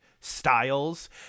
styles